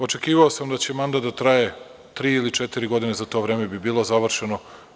Očekivao sam da će mandat da traje tri ili četiri godine, za to vreme bi bilo završeno.